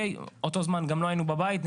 אותו זמן גם לא היינו בבית,